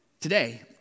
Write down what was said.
Today